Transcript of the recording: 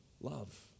love